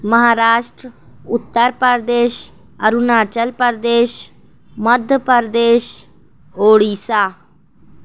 Maharashtra Uttar Pradesh Arunachal Pradesh Madhya Pradesh Orissa